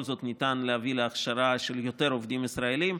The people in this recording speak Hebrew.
זאת ניתן להביא להכשרה של יותר עובדים ישראלים.